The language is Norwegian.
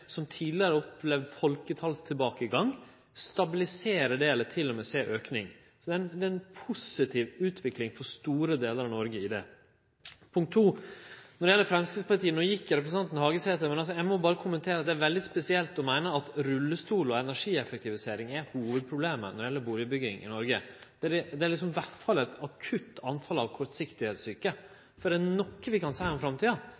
som tidlegare opplevde ein nedgang i folketalet, stabilisere det eller til og med kunne sjå ein auke. Så det er ei positiv utvikling for store delar av Noreg når det gjeld dette. Punkt 2, til Framstegspartiet: No gjekk representanten Hagesæter, men eg må berre kommentere at det er veldig spesielt å meine at rullestolar og energieffektivisering er hovudproblemet når det gjeld bustadbygging i Noreg. Det er i alle fall eit akutt anfall av «kortsiktigheitssjuke», for er det noko vi kan seie om framtida,